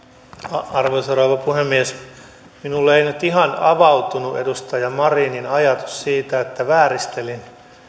arvoisa rouva puhemies minulle ei nyt ihan avautunut edustaja marinin ajatus siitä että vääristelin